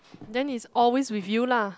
then it's always with you lah